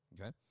Okay